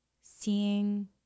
seeing